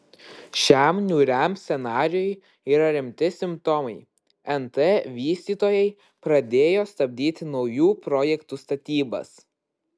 šiam niūriam scenarijui yra rimti simptomai nt vystytojai pradėjo stabdyti naujų projektų statybas